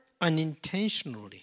unintentionally